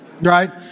right